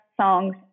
songs